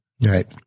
Right